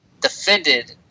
defended